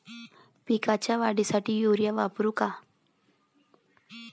पिकाच्या वाढीसाठी युरिया वापरू का?